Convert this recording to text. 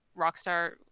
Rockstar